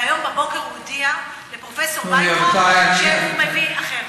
והיום בבוקר הוא הודיע לפרופסור וינטראוב שהוא מביא אחר?